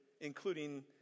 including